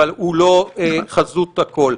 אבל הוא לא חזות הכול.